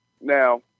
Now